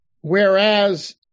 Whereas